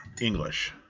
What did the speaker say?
English